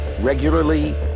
regularly